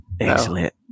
Excellent